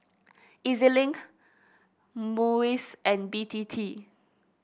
E Z Link MUIS and B T T